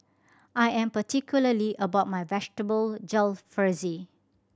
I am particularly about my Vegetable Jalfrezi